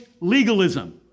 legalism